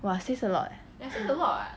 !wah! says a lot